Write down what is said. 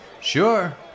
Sure